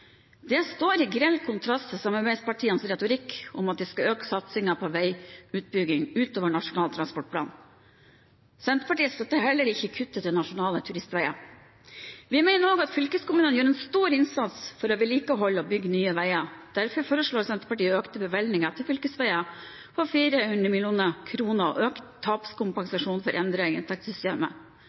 står i grell kontrast til samarbeidspartienes retorikk om at de skal øke satsingen på veiutbygging utover Nasjonal transportplan. Senterpartiet støtter heller ikke kuttet til Nasjonale turistveger. Vi mener også at fylkeskommunene gjør en stor innsats for å vedlikeholde og bygge nye veier. Derfor foreslår Senterpartiet økte bevilgninger til fylkesveier på 400 mill. kr og økt tapskompensasjon for endringer i inntektssystemet.